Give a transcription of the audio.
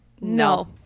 No